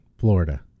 Florida